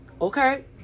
Okay